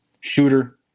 Shooter